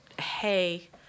hey